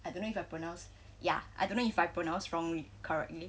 I don't know if I pronounce ya I don't know if I pronounce wrongly correctly